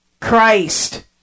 Christ